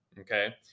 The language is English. Okay